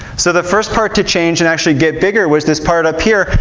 so the first part to change and actually get bigger was this part up here,